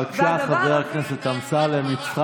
בבקשה, חבר הכנסת אמסלם.